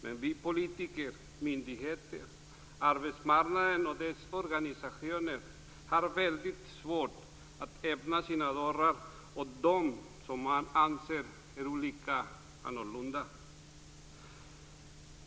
Men politiker, myndigheter, arbetsmarknaden och dess organisationer har väldigt svårt att öppna sina dörrar för dem som de anser är olika och annorlunda.